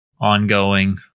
ongoing